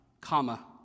comma